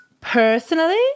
personally